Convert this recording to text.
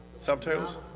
subtitles